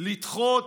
לדחות